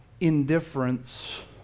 indifference